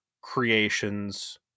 creations